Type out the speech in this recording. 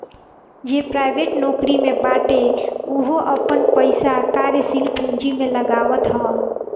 जे प्राइवेट नोकरी में बाटे उहो आपन पईसा कार्यशील पूंजी में लगावत हअ